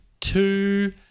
Two